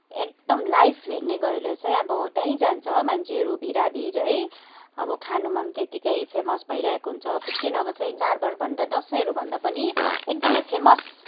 एकदम लाइभ हेर्ने गरेर चाहिँ अब त्यहीँ जान्छ मान्छेहरू भिडाभिड है अब खानुमा पनि त्यतिकै फेमस भइरहेको हुन्छ फिफ्टिन अगस्त चाहिँ चाडबाड भन्दा दसैँहरू भन्दा पनि एकदमै फेमस